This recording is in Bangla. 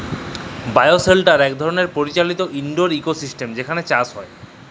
বায়োশেল্টার ইক ধরলের পরিচালিত ইলডোর ইকোসিস্টেম যেখালে চাষ হ্যয়